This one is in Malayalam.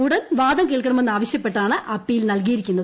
ഉടൻ വാദം കേൾക്ക്ണ്ണ്മെന്ന് ആവശ്യപ്പെട്ടാണ് അപ്പീൽ നൽകിയിരിക്കുന്നത്